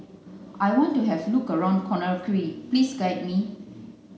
I want to have a look around Conakry please guide me